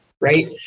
right